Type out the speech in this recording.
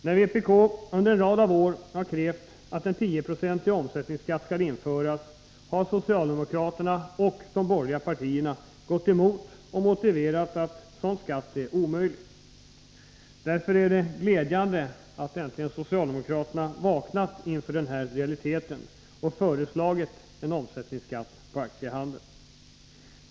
När vpk under en rad av år har krävt att en 10-procentig omsättningsskatt skall införas har socialdemokraterna och borgarna gått emot detta krav. De har motiverat det med att en sådan skatt är omöjlig. Därför är det glädjande att socialdemokraterna äntligen har vaknat, insett föreliggande realitet, och föreslagit en omsättningsskatt på aktiehandeln.